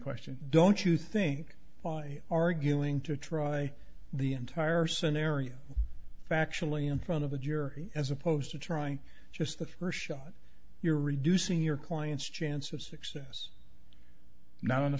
question don't you think by arguing to try the entire scenario factually in front of a jury as opposed to trying just the first shot you're reducing your client's chance of success not on the